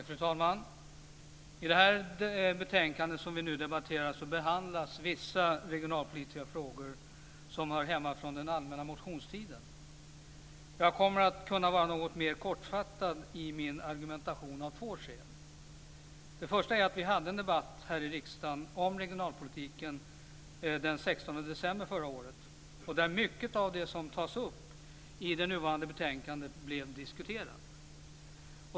Fru talman! I det betänkande vi nu debatterar behandlas vissa regionalpolitiska frågor som hör hemma i den allmänna motionstiden. Jag kommer att kunna vara något mer kortfattad i min argumentation av två skäl. Det första är att vi hade en debatt här i riksdagen om regionalpolitiken den 16 december förra året där mycket av det som tas upp i det nuvarande betänkandet blev diskuterat.